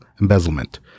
embezzlement